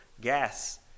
gas